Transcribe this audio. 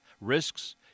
risks